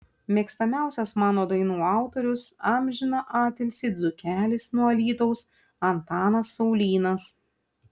mėgstamiausias mano dainų autorius amžiną atilsį dzūkelis nuo alytaus antanas saulynas